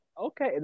Okay